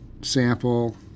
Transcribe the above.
sample